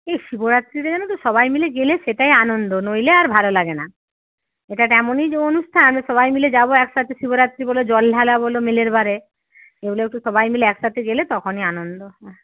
ইস শিবরাত্রিতে জানো তো সবাই মিলে গেলে সেটাই আনন্দ নইলে আর ভালো লাগে না এটা একটা এমনই যে অনুষ্ঠান সবাই মিলে যাবো একসাথে শিবরাত্রি বলে জল ঢালা বলো মিলের বারে এগুলো একটু সবাই মিলে একসাথে গেলে তখনই আনন্দ হ্যাঁ